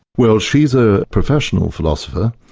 well she's a professional philosopher.